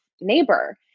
neighbor